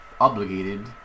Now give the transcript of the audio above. obligated